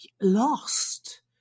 lost